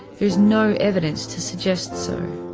there is no evidence to suggest so.